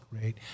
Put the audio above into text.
Great